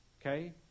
okay